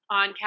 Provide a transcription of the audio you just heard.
on